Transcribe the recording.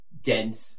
dense